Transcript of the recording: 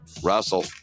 Russell